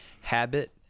habit